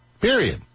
Period